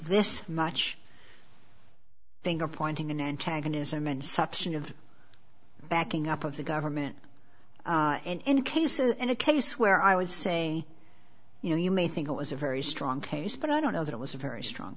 this much finger pointing an antagonism and substantive backing up of the government and in cases in a case where i would say you know you may think it was a very strong case but i don't know that it was a very strong